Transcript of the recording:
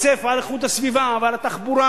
ויצפצף על איכות הסביבה ועל התחבורה